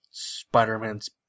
Spider-Man's